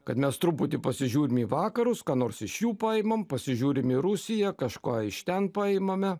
kad mes truputį pasižiūrim į vakarus ką nors iš jų paimam pasižiūrime į rusiją kažką iš ten paimame